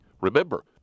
Remember